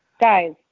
Guys